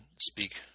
speak